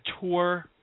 tour